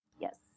Yes